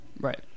Right